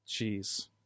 Jeez